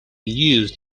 used